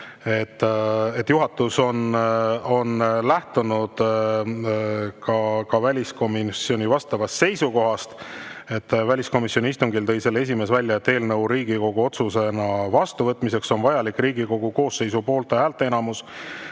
Juhatus on lähtunud ka väliskomisjoni seisukohast: väliskomisjoni istungil tõi selle esimees välja, et eelnõu Riigikogu otsusena vastuvõtmiseks on vajalik Riigikogu koosseisu poolthäälte enamus.